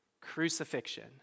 Crucifixion